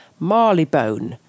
Marleybone